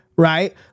Right